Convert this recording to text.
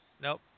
Nope